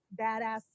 badass